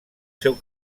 seu